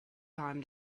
time